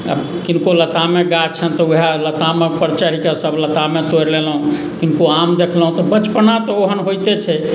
किनको लतामेके गाछ छैन्ह तऽ उएह लतामपर चढ़िके सभ लतामे तोड़ि लेलहुँ किनको आम देखलहुँ तऽ बचपना तऽ ओहन होइते छै